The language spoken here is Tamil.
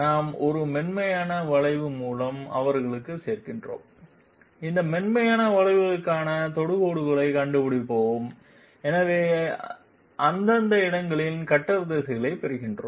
நாம் ஒரு மென்மையான வளைவு மூலம் அவர்களுடன் சேர்கிறோம் இந்த மென்மையான வளைவுக்கான தொடுகோடுகளைக் கண்டுபிடிப்போம் எனவே இந்த அந்தந்த இடங்களில் கட்டர் திசைகளைப் பெறுகிறோம்